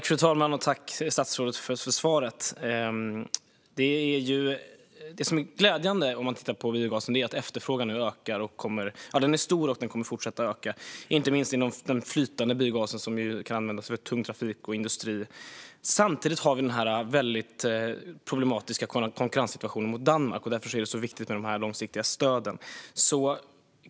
Fru talman! Tack, statsrådet, för svaret! Det som är glädjande är att efterfrågan på biogas nu ökar. Den är stor och kommer att fortsätta öka, inte minst när det gäller flytande biogas, som ju kan användas av tung trafik och industri. Men samtidigt har vi den problematiska konkurrenssituationen gentemot Danmark, och därför är det viktigt med de långsiktiga stöden.